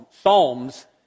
Psalms